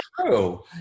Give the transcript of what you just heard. true